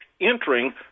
entering